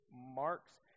marks